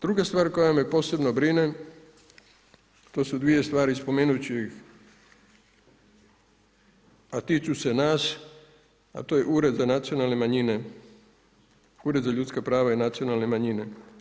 Druga stvar koja me posebno brine, to su dvije stvari, spomenuti ću ih a tiču se nas, a to je ured za nacionalne manjine, Ured za ljudska prava i nacionalne manjine.